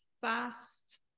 fast